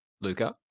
Luca